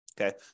Okay